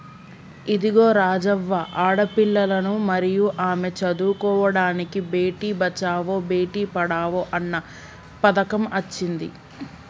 ఇదిగో రాజవ్వ ఆడపిల్లలను మరియు ఆమె చదువుకోడానికి బేటి బచావో బేటి పడావో అన్న పథకం అచ్చింది